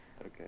Okay